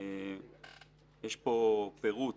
יש פה פירוט